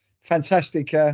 fantastic